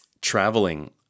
Traveling